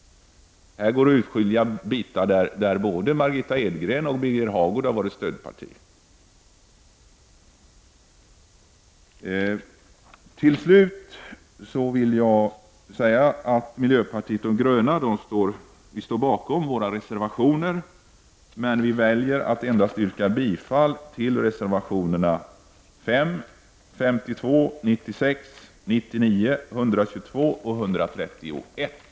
Men här går att utskilja delar där både Margitta Edgren och Birger Hagård har varit representanter för stödpartier. Till sist vill jag som representant för miljöpartiet de gröna säga att jag står bakom våra reservationer men jag väljer att yrka bifall endast till reservationerna 5, 52, 96, 99, 122 och 131.